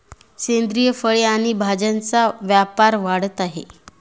सेंद्रिय फळे आणि भाज्यांचा व्यापार वाढत आहे